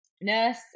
nurse